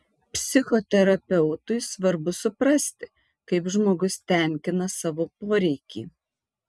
psichoterapeutui svarbu suprasti kaip žmogus tenkina savo poreikį